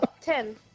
ten